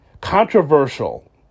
Controversial